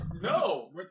No